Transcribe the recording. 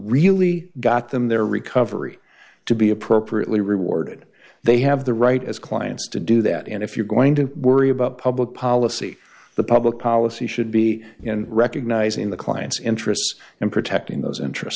really got them their recovery to be appropriately rewarded they have the right as clients to do that and if you're going to worry about public policy the public policy should be you know recognizing the client's interests and protecting those interests